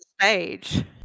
stage